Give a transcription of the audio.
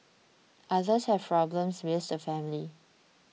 others have problems with the family